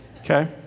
Okay